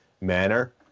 manner